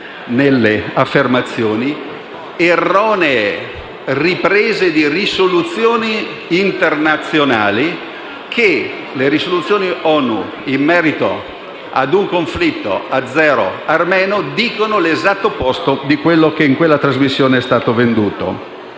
nelle affermazioni, erronee riprese di risoluzioni internazionali. Le risoluzioni ONU in merito al conflitto azero-armeno dicono l'esatto opposto di ciò che in quella trasmissione è stato sostenuto.